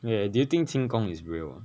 okay okay do you think 轻功 is real ah